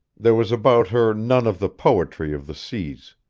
there was about her none of the poetry of the seas.